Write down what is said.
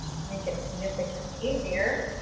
make it significantly easier